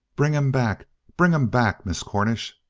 bring him back. bring him back, miss cornish!